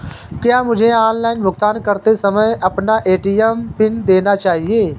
क्या मुझे ऑनलाइन भुगतान करते समय अपना ए.टी.एम पिन देना चाहिए?